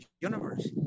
universe